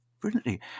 brilliantly